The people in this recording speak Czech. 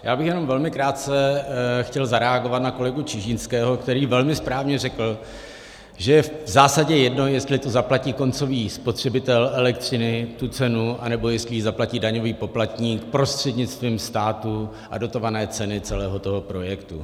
Já bych jenom velmi krátce chtěl zareagovat na kolegu Čižinského, který velmi správně řekl, že v zásadě je jedno, jestli tu cenu zaplatí koncový spotřebitel elektřiny, anebo jestli ji zaplatí daňový poplatník prostřednictvím státu a dotované ceny celého toho projektu.